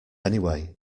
anyway